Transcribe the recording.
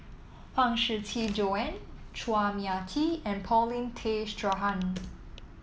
Huang Shiqi Joan Chua Mia Tee and Paulin Tay Straughan